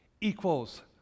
equals